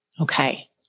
Okay